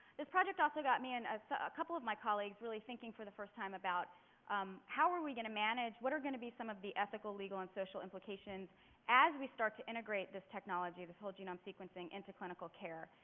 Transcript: this project also got me and a ah couple of my colleagues really thinking for the first time about how were we going to manage what are going to be some of the ethical, legal and social implications as we start to integrate this technology, this whole genome sequencing, into clinical care?